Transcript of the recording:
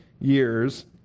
years